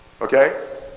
Okay